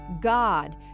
God